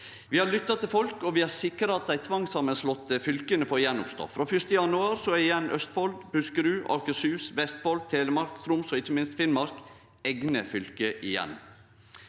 Vi har lytta til folk, og vi har sikra at dei tvangssamanslåtte fylka får gjenoppstå. Frå 1. januar er Østfold, Buskerud, Akershus, Vestfold, Telemark, Troms og ikkje minst Finnmark eigne fylke igjen.